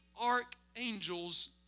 archangels